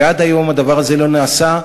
ועד היום הדבר הזה לא נעשה,